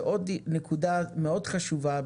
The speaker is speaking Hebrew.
ועוד נקודה מאוד חשובה,